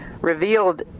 revealed